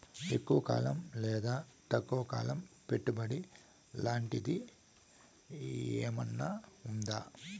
ఎక్కువగా కాలం లేదా తక్కువ కాలం పెట్టుబడి లాంటిది ఏమన్నా ఉందా